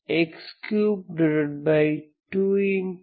4 x32